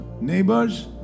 neighbors